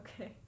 okay